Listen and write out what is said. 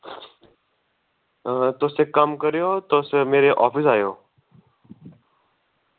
तुस इक कम्म करेओ तुस मेरे ऑफिस आएओ